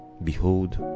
behold